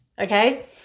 okay